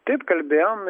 taip kalbėjom